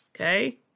Okay